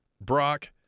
Brock